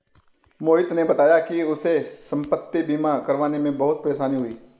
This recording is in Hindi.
मोहित ने बताया कि उसे संपति बीमा करवाने में बहुत परेशानी हुई